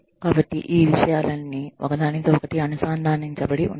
కాబట్టి ఆ విషయాలన్నీ ఒకదానితో ఒకటి అనుసంధానించబడి ఉన్నాయి